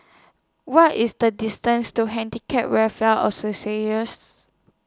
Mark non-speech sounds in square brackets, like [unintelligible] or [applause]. What IS The distance to Handicap Welfare [unintelligible]